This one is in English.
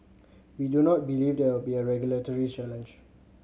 we do not believe there will be a regulatory challenge